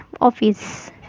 office